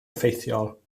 effeithiol